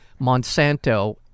Monsanto